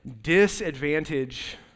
disadvantage